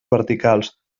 verticals